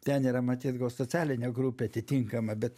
ten yra matyt gal socialinė grupė atitinkama bet